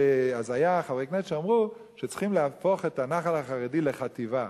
אז היו חברי כנסת שאמרו שצריכים להפוך את הנח"ל החרדי לחטיבה.